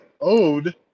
owed